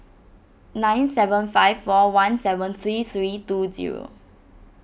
nine seven five four one seven three three two zero